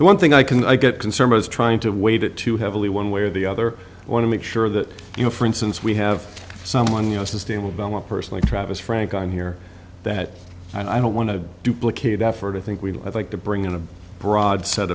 the one thing i can i get consumers trying to wait it too heavily one way or the other i want to make sure that you know for instance we have someone you know sustainable belmont personally travis frank on here that i don't want to duplicate effort i think we would like to bring in a broad set